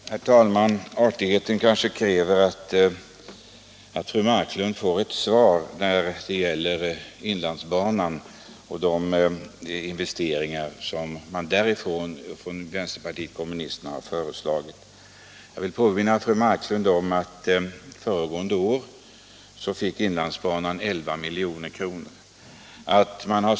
Herr talman! Artigheten kräver kanske att fru Marklund får ett svar om inlandsbanan och de investeringar som vänsterpartiet kommunisterna föreslagit. Jag vill påminna fru Marklund om att det föregående år beviljades 11 milj.kr. för inlandsbanan.